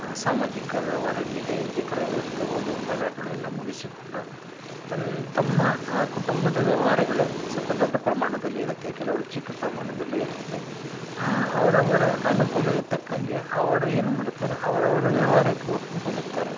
ಸಾಮಾಜಿಕ ವ್ಯವ್ಹಾರಗಳಿಗೆ ಬೇಕಾದಂಥ ಓದು ಬರಹಗಳು ಎಲ್ಲ ಮುಗಿಸಿಕೊಂಡು ತನ್ನ ತಮ್ಮ ಕುಟುಂಬದ ವ್ಯವ್ಹಾರಗಳು ಸ್ವಲ್ಪ ದೊಡ್ಡ ಪ್ರಮಾಣದಲ್ಲಿ ಇರುತ್ತೆ ಕೆಲವ್ರದ್ದು ಚಿಕ್ಕ ಪ್ರಮಾಣದಲ್ಲಿ ಇರುತ್ತೆ ಅವರವ್ರ ಅನುಕೂಲ ತಕ್ಕಂಗೆ ಅವರು ಏನು ಮಾಡುತ್ತಾರೆ ಅವರವ್ರ ವ್ಯವ್ಹಾರಕ್ಕೂ ಹೋಗುತ್ತಾರೆ